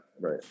right